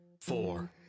four